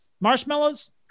Marshmallows